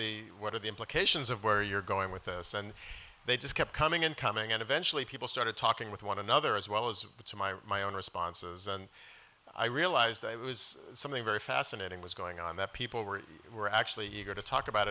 the what are the implications of where you're going with this and they just kept coming and coming and eventually people started talking with one another as well as my own responses and i realized that it was something very fascinating was going on that people were were actually eager to talk about